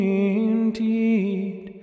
indeed